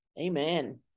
Amen